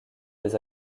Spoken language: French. des